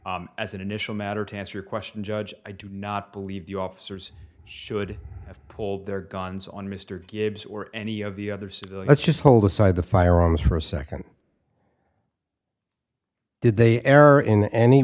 drawn as an initial matter to answer your question judge i do not believe the officers should have pulled their guns on mr gibbs or any of the other said let's just hold aside the firearms for a second did they error in any